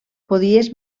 podies